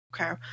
Okay